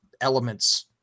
elements